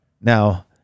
Now